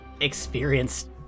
experienced